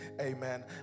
Amen